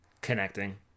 connecting